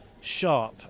sharp